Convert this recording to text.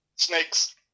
Snakes